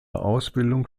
ausbildung